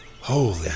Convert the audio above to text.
Holy